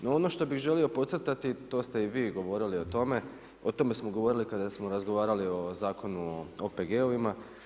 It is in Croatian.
No, ono što bih želio podcrtati to ste i vi govorili o tome, o tome smo govorili kada smo razgovarali o Zakonu o OPG-ovima.